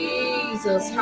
Jesus